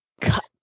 cut